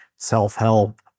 self-help